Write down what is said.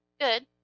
good